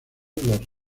los